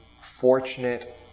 Fortunate